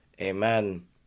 Amen